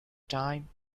time